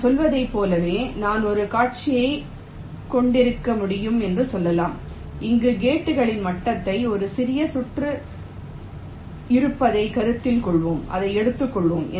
நாம் சொல்வதைப் போலவே நான் ஒரு காட்சியைக் கொண்டிருக்க முடியும் என்று சொல்லலாம் அங்கு கேட்களின் மட்டத்தில் ஒரு சிறிய சுற்று இருப்பதைக் கருத்தில் கொள்வோம் இதை எடுத்துக்கொள்வோம்